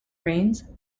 rains